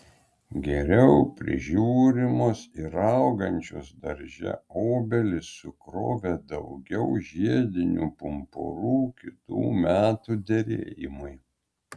geriau prižiūrimos ar augančios darže obelys sukrovė daugiau žiedinių pumpurų kitų metų derėjimui